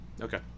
Okay